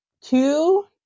two